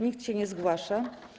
Nikt się nie zgłasza.